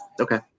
Okay